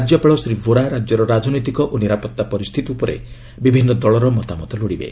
ରାଜ୍ୟପାଳ ଶ୍ରୀ ବୋରା ରାଜ୍ୟର ରାଜନୈତିକ ଓ ନିରାପତ୍ତା ପରିସ୍ଥିତି ଉପରେ ବିଭିନ୍ନ ଦଳର ମତାମତ ଲୋଡ଼ିବେ